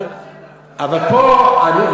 אז כנראה אתה באמת מודר מהשטח.